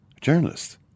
journalist